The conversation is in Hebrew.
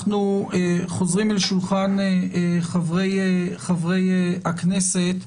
אנחנו חוזרים אל שולחן חברי הכנסת,